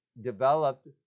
developed